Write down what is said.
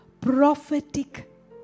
Prophetic